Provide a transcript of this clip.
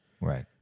Right